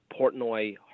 Portnoy